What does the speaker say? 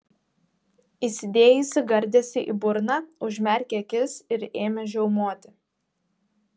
įsidėjusi gardėsį į burną užmerkė akis ir ėmė žiaumoti